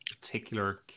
particular